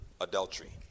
adultery